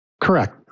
Correct